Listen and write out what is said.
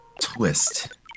twist